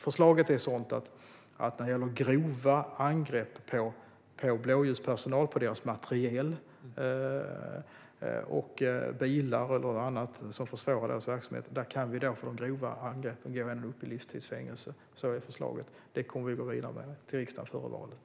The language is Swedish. Förslaget är sådant att när det gäller grova angrepp på blåljuspersonal, på deras materiel och bilar eller annat, som gör att deras verksamhet försvåras kan vi för de grova angreppen gå ända upp i livstids fängelse. Så är förslaget. Det kommer vi att gå vidare med till riksdagen före valet.